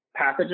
pathogen